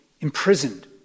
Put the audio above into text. imprisoned